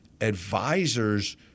advisors